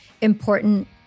important